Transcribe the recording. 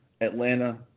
Atlanta